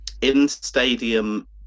in-stadium